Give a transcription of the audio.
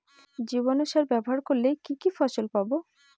জীবাণু সার ব্যাবহার করলে কি কি ফল পাবো?